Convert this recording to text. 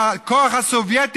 שהכוח הסובייטי,